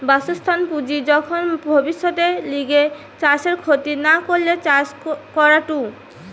বাসস্থান বুঝি যখন ভব্যিষতের লিগে চাষের ক্ষতি না করে চাষ করাঢু